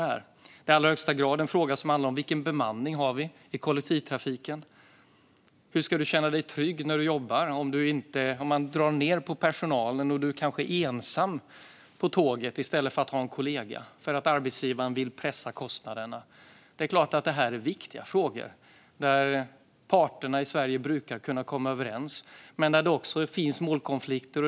Det är i allra högsta grad en fråga som handlar om vilken bemanning vi har i kollektivtrafiken och hur man ska känna sig trygg när man jobbar om det dras ned på personalen och man kanske är ensam på tåget i stället för att ha en kollega för att arbetsgivaren vill pressa kostnaderna. Det är klart att det här är viktiga frågor där parterna i Sverige brukar komma överens men det också finns målkonflikter.